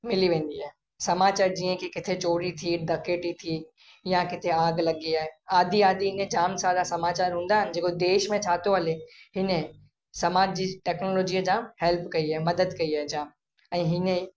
मिली वेंदी आहे समाचार जीअं की किथे चोरी थी डकैती थी या किथे आग लॻी आहे आदि आदि ने जाम सारा समाचार हूंदा आहिनि जेको देश में छा थो हले हीअं समाज जी टैक्नोलॉजीअ जा हैल्प कई आहे मदद कई आहे जाम ऐं हीअं ई